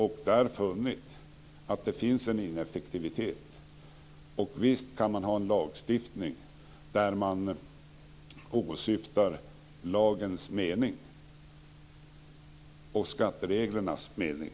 Man har funnit att det finns en ineffektivitet. Visst kan man ha en lagstiftning som utgår från lagens och skattereglernas mening.